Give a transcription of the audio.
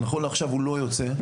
נכון לעכשיו הוא לא יוצא,